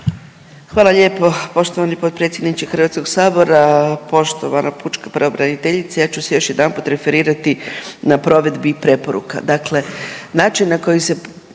Hvala lijepa poštovani potpredsjedniče HS-a. Poštovana pučka pravobraniteljice. Ja ću se još jedanput referirati na provedbi preporuka.